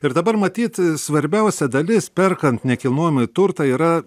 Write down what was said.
ir dabar matyt svarbiausia dalis perkant nekilnojamąjį turtą yra